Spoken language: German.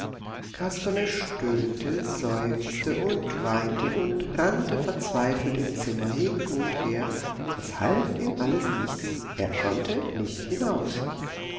kasperle stöhnte seufzte und weinte und rannte verzweifelt im zimmer hin und her es half ihm alles nichts er konnte nicht hinaus